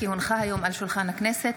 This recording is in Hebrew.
כי הונחה היום על שולחן הכנסת,